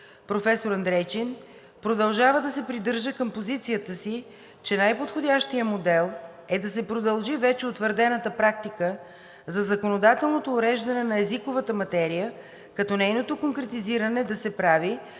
Любомир Андрейчин“ продължава да се придържа към позицията си, че най-подходящият модел е да се продължи вече утвърдената практика за законодателното уреждане на езиковата материя, като нейното конкретизиране да се прави